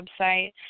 website